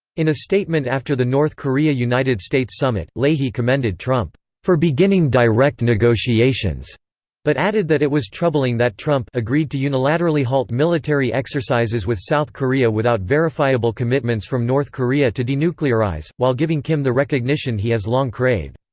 in a statement after the north korea-united states summit, leahy commended trump for beginning direct negotiations but added that it was troubling that trump agreed to unilaterally halt military exercises with south korea without verifiable commitments from north korea to denuclearize, while giving kim the recognition he has long craved.